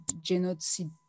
genocide